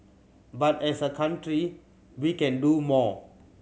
but as a country we can do more